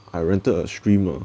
I rented a stream ah